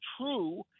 true